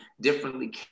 Differently